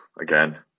Again